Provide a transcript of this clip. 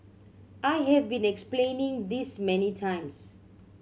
I have been explaining this many times